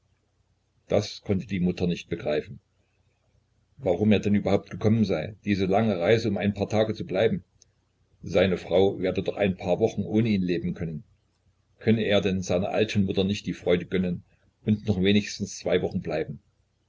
das konnte die mutter nicht begreifen warum er denn überhaupt gekommen sei diese lange reise um ein paar tage zu bleiben seine frau werde doch ein paar wochen ohne ihn leben können könne er denn seiner alten mutter nicht die freude gönnen und noch wenigstens zwei wochen bleiben